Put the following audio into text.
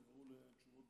הוא אינו נוכח.